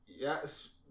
Yes